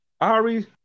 Ari